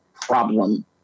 problem